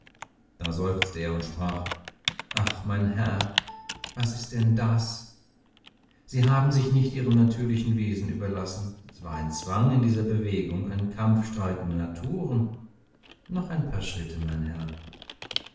da seufzte er und sprach ach mein herr was ist denn das sie haben sich nicht ihrem natürlichen wesen überlassen es war ein zwang in dieser bewegung ein kampf streitender naturen noch ein paar schritte mein herr